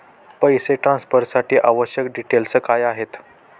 पैसे ट्रान्सफरसाठी आवश्यक डिटेल्स काय आहेत?